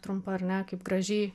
trumpą ar ne kaip gražiai